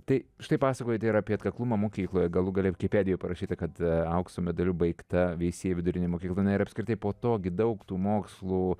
tai štai pasakojat ir apie atkaklumą mokykloje galų gale vikipedijoj parašyta kad aukso medaliu baigta veisiejų vidurinė mokykla na ir apskritai po to gi daug tų mokslų